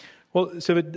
well, siva,